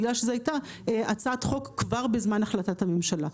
בגלל שזו הייתה הצעת חוק כבר בזמן החלטת הממשלה.